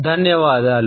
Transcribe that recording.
ధన్యవాదాలు